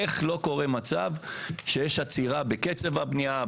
איך לא קורה מצב שיש עצירה בקצב הבנייה,